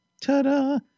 ta-da